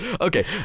okay